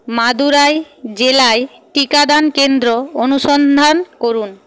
মাদুরাই জেলায় টিকাদান কেন্দ্র অনুসন্ধান করুন